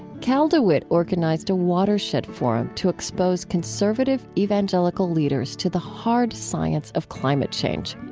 cal dewitt organized a watershed forum to expose conservative evangelical leaders to the hard science of climate change.